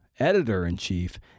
editor-in-chief